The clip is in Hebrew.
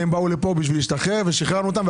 הם באו לפה בשביל להשתחרר ושחררנו אותם.